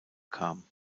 kam